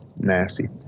Nasty